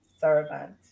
servant